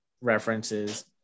references